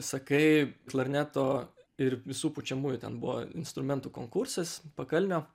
sakai klarneto ir visų pučiamųjų ten buvo instrumentų konkursas pakalnio